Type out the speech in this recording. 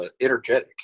energetic